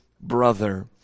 brother